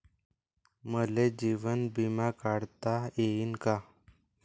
मले जीवन बिमा काढता येईन का?